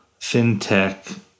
FinTech